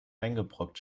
eingebrockt